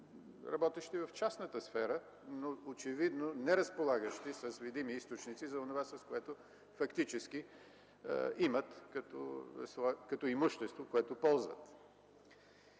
работещи в частната сфера, но очевидно неразполагащи с видими източници за онова, което фактически имат като имущество, което ползват.